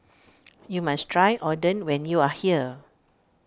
you must try Oden when you are here